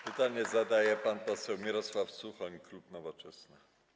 Pytanie zadaje pan poseł Mirosław Suchoń, klub Nowoczesna.